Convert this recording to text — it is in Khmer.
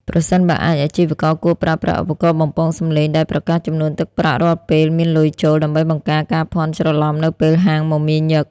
ប្រសិនបើអាច អាជីវករគួរប្រើប្រាស់ឧបករណ៍បំពងសំឡេងដែលប្រកាសចំនួនទឹកប្រាក់រាល់ពេលមានលុយចូល ដើម្បីបង្ការការភ័ន្តច្រឡំនៅពេលហាងមមាញឹក។